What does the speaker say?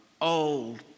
old